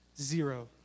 Zero